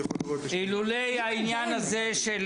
אילולא העניין הזה של